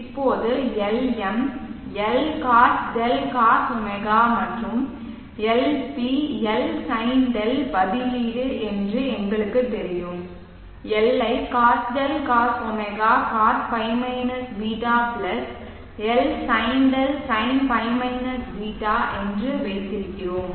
இப்போது LM L cos 𝛿 cos ω மற்றும் LP L sin 𝛿 பதிலீடு என்று எங்களுக்குத் தெரியும் L ஐ cos 𝛿cos ω cos ϕ -ß L sin 𝛿 sin ϕ ß என்று வைத்திருக்கிறோம்